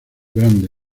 grande